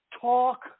talk